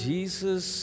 Jesus